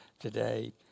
today